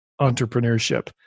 entrepreneurship